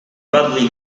badly